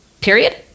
period